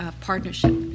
Partnership